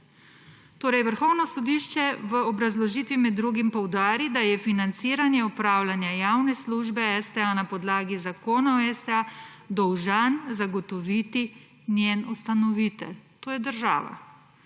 Torej Vrhovno sodišče v obrazložitvi med drugim poudari, da je financiranje opravljanja javne službe STA na podlagi Zakona o STA dolžan zagotoviti njen ustanovitelj, to je država.